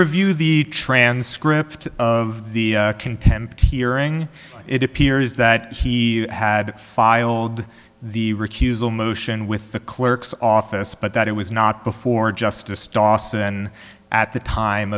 review the transcript of the contempt hearing it appears that he had filed the recusal motion with the clerk's office but that it was not before just distaso then at the time